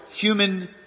human